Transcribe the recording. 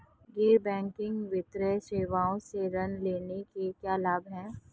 गैर बैंकिंग वित्तीय सेवाओं से ऋण लेने के क्या लाभ हैं?